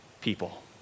people